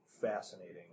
fascinating